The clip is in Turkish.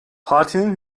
partinin